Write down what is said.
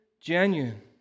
genuine